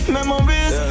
Memories